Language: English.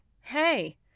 hey